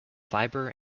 fiber